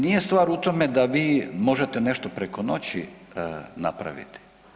Nije stvar u tome da vi možete nešto preko noći napraviti.